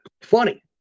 funny